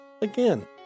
Again